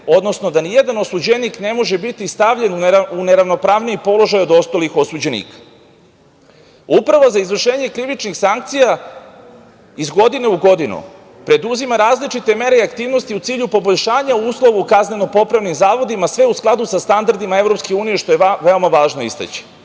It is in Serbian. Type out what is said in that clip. odnosno da nijedan osuđenik ne može biti stavljen u neravnopravniji položaj od ostalih osuđenika. Uprava za izvršenje krivičnih sankcija iz godine u godinu preduzima različite mere i aktivnosti u cilju poboljšanja uslova u kazneno-popravnim zavodima, sve u skladu sa standardima EU, što je veoma važno istaći.